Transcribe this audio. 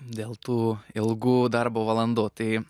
dėl tų ilgų darbo valandų tai